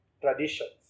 traditions